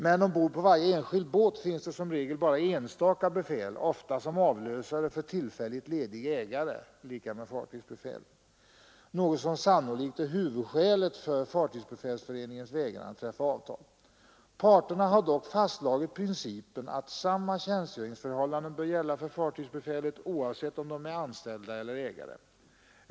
Men ombord på varje enskild båt finns det som regel bara enstaka befäl — ofta som avlösare för tillfälligt ledig ägare, fartygsbefäl — något som sannolikt är huvudskälet för Fartygsbefälsföreningens vägran att träffa avtal. Parterna har dock fastslagit principen att samma tjänstgöringsförhållanden bör gälla för fartygsbefälet oavsett om vederbörande är anställd eller ägare.